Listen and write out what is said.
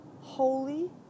Holy